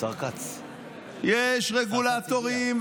יש רגולטורים,